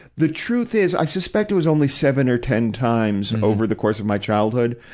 the truth is i suspect it was only seven or ten times over the course of my childhood,